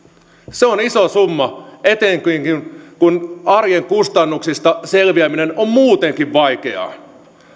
se on iso summa etenkin kun arjen kustannuksista selviäminen on muutenkin vaikeaa